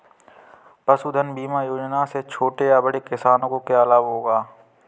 पशुधन बीमा योजना से छोटे या बड़े किसानों को क्या लाभ होगा?